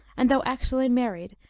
and though actually married,